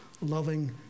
loving